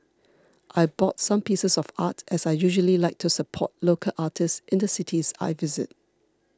I bought some pieces of art as I usually like to support local artists in the cities I visit